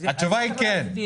התשובה היא כן.